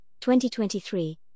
2023